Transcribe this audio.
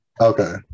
Okay